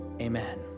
amen